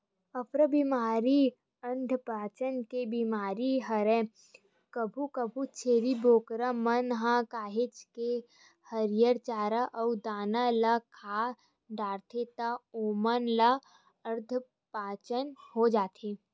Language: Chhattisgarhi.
अफारा बेमारी अधपचन के बेमारी हरय कभू कभू छेरी बोकरा मन ह काहेच के हरियर चारा अउ दाना ल खा डरथे त ओमन ल अधपचन हो जाथे